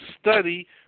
study